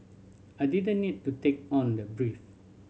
I didn't need to take on the brief